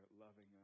loving